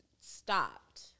stopped